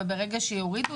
ברגע שיורידו